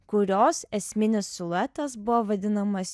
kurios esminis siluetas buvo vadinamas